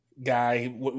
guy